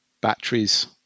batteries